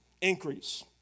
increase